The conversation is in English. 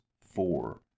four